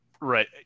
Right